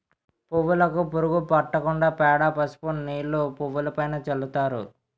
పువ్వులుకు పురుగు పట్టకుండా పేడ, పసుపు నీళ్లు పువ్వులుపైన చల్లుతారు